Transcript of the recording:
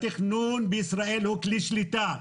התכנון בישראל הוא כלי שליטה.